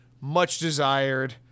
much-desired